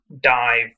dive